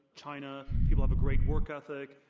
china. people have a great work ethic.